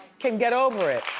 can get over it.